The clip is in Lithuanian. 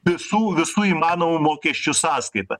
visų visų įmanomų mokesčių sąskaita